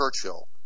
Churchill